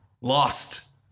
lost